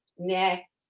neck